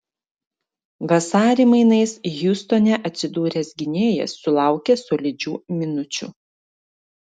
vasarį mainais hjustone atsidūręs gynėjas sulaukė solidžių minučių